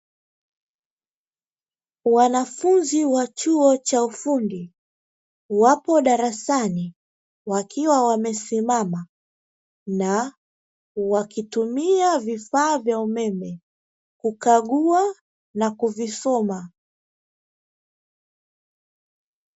Wanafunzi wa chuo cha ufundi wapo darasani, wakiwa wamesimama na wakitumia vifaa vya umeme kukagua na kuvisoma.